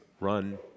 run